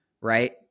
right